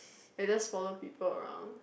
I just follow people around